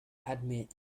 admit